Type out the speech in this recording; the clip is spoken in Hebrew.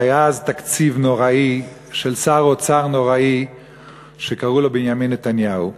והיה אז תקציב נורא של שר אוצר נורא שקראו לו בנימין נתניהו,